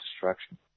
destruction